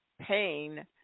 Pain